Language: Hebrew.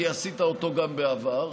כי עשית אותו גם בעבר,